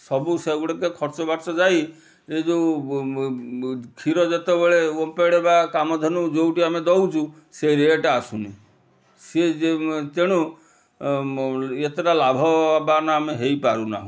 ସବୁ ସେଗୁଡ଼ା ତ ଖର୍ଚ୍ଚ ବାର୍ଚ୍ଚ ଯାଇ ଏ ଯେଉଁ କ୍ଷୀର ଯେତେବେଳେ ଓମଫେଡ଼୍ ବା କାମଧେନୁ ଯେଉଁଠି ଆମେ ଦେଉଛୁ ସେ ରେଟ୍ ଆସୁନି ସିଏ ତେଣୁ ଏତେଟା ଲାଭବାନ ଆମେ ହୋଇପାରୁନାହୁଁ